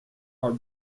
our